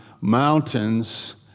mountains